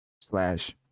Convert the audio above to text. slash